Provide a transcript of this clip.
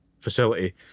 facility